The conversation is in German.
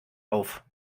auf